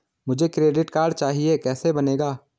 मुझे credit card चाहिए कैसे बनेगा?